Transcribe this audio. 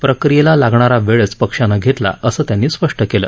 प्रक्रियेला लागणारा वेळच पक्षानं घेतला असं त्यांनी स्पष्ट केलं